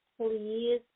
please